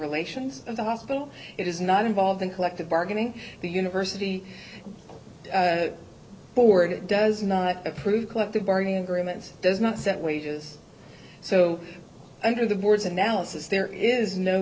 relations of the hospital it is not involved in collective bargaining the university board it does not approve collective bargaining agreements does not set wages so under the board's analysis there is no